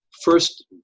first